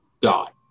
God